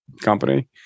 company